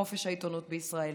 על חופש העיתונות בישראל.